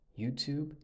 YouTube